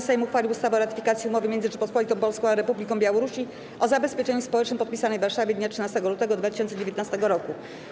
Sejm uchwalił ustawę o ratyfikacji Umowy między Rzecząpospolitą Polską a Republiką Białorusi o zabezpieczeniu społecznym, podpisanej w Warszawie dnia 13 lutego 2019 r.